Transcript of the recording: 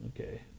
Okay